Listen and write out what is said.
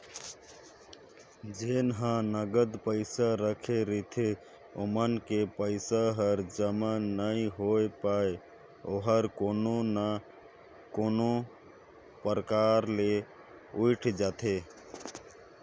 जेन ह नगद पइसा राखे रहिथे ओमन के पइसा हर जमा नइ होए पाये ओहर कोनो ना कोनो परकार ले उइठ जाथे